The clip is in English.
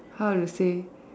how to say